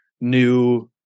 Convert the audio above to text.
new